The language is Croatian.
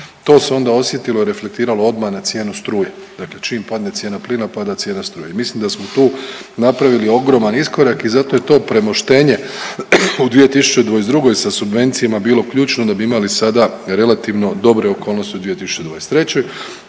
To se onda osjetilo, reflektiralo odmah na cijenu struje. Dakle, čim padne cijena plina pada cijena struje. I mislim da smo tu napravili ogroman iskorak i zato je to premoštenje u 2022. sa subvencijama bilo ključno da bi imali sada relativno dobre okolnosti u 2023.